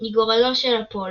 היא "גורלו של אפולו"